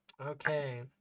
okay